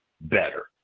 better